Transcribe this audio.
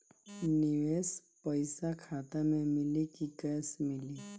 निवेश पइसा खाता में मिली कि कैश मिली?